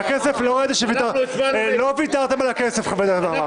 אבל לא ראיתי שוויתרתם על הכסף, חבר הכנסת עמאר.